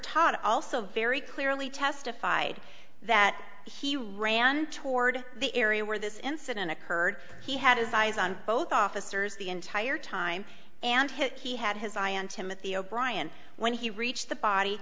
todd also very clearly testified that he ran toward the area where this incident occurred he had his eyes on both officers the entire time and hit he had his eye on timothy o'brien when he reached the body